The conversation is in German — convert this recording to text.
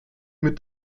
mit